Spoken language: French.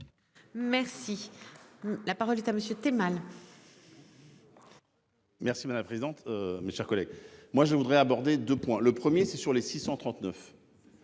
Merci. La parole est à monsieur t'es mal. Merci madame présente mes chers collègues. Moi je voudrais aborder 2 points le 1er c'est sur les 639.